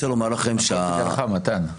הכול בגללך, מתן.